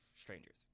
strangers